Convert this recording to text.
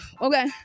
Okay